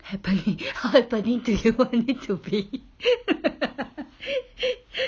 happening hot thirteen day all you need to be